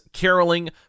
caroling